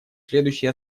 следующие